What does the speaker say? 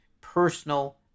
personal